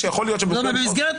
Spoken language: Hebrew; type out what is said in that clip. במסגרת